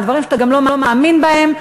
על דברים שאתה גם לא מאמין בהם,